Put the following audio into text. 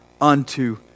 unto